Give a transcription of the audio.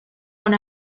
con